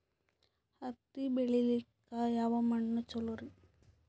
ಹತ್ತಿ ಬೆಳಿಲಿಕ್ಕೆ ಯಾವ ಮಣ್ಣು ಚಲೋರಿ?